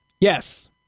Yes